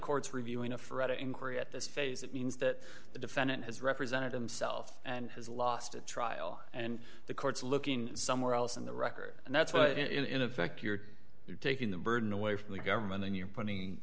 court's reviewing a fret inquiry at this phase it means that the defendant has represented himself and has lost a trial and the court's looking somewhere else in the record and that's what in effect you're taking the burden away from the government then you're putting